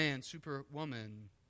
superwoman